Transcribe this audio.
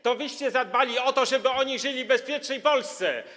To wyście zadbali o to, żeby oni żyli w bezpiecznej Polsce.